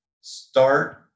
start